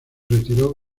retiró